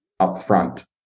upfront